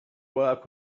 work